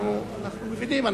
אנחנו מבינים.